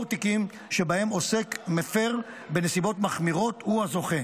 תיקים שבהם עוסק מפר בנסיבות מחמירות הוא הזוכה,